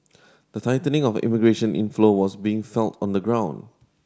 the tightening of immigration inflow was being felt on the ground